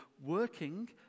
working